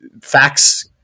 Facts